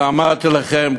נא לסיים.